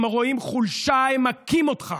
הם רואים חולשה, הם מכים אותך.